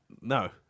no